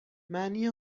معنی